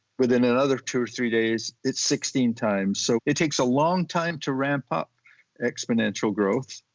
within another two or three days, it's sixteen times. so it takes a long time to ramp up exponential growth,